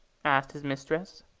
asked his mistress.